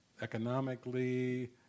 economically